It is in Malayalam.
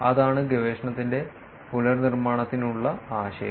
അതാണ് ഗവേഷണത്തിന്റെ പുനർനിർമ്മാണത്തിനുള്ള ആശയം